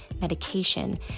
medication